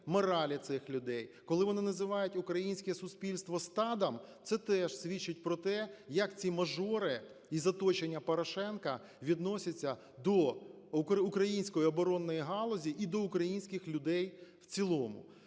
моралі цих людей. Коли вони називають українське суспільство стадом, це теж свідчить про те, як ці мажори із оточення Порошенка відносяться до української оборонної галузі і до українських людей в цілому.